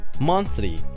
monthly